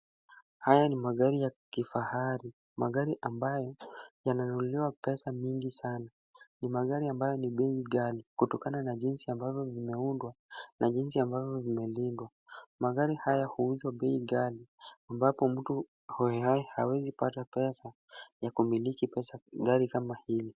Haya ni magari ya kifahari, magari ambayo yananunuliwa pesa mingi sana. Ni magari ambayo ni bei ghali, kutokana na jinsi ambavyo vimeundwa na jinsi ambavyo vimelindwa. Magari haya huuzwa bei ghali, ambapo mtu hohehae hawezi pata pesa ya kumiliki gari kama hili.